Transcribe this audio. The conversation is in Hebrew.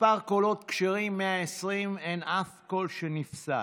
מספר קולות כשרים, 120, אין אף קול שנפסל.